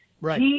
Right